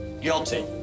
guilty